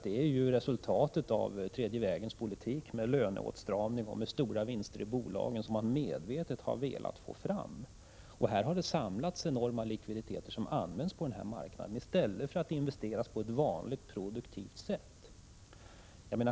De är ju resultatet av den tredje vägens politik, med löneåtstramningar och stora vinster i bolagen som man medvetet velat få fram. Det har samlats enorma likviditeter som används på den här marknaden i stället för att investeras på vanligt produktivt sätt.